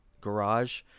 garage